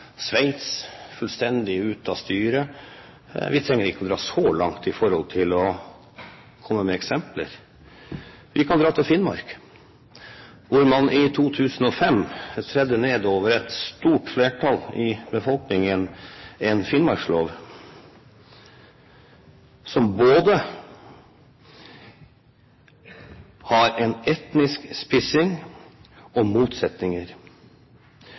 Sveits – fullstendig ute av styring. Vi trenger ikke å dra så langt for å komme med eksempler. Vi kan dra til Finnmark, hvor man i 2005 tredde ned over et stort flertall i befolkningen en finnmarkslov som har både en etnisk spissing og motsetninger.